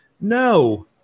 No